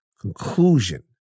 conclusion